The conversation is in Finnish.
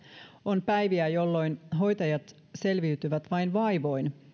on päiviä jolloin hoitajat selviytyvät vain vaivoin